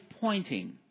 pointing